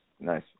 Nice